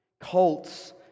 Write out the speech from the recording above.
Cults